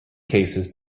cases